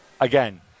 again